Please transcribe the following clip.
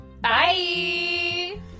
bye